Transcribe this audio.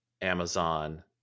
Amazon